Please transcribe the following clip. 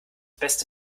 beste